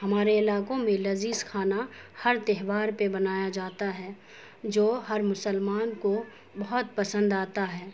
ہمارے علاقوں میں لذیذ کھانا ہر تہوار پہ بنایا جاتا ہے جو ہر مسلمان کو بہت پسند آتا ہے